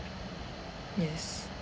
yes